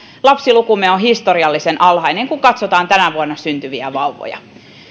lapsilukumme on historiallisen alhainen kun katsotaan tänä vuonna syntyviä vauvoja